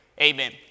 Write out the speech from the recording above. Amen